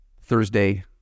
Thursday